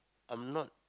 I'm not